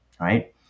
right